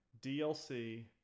DLC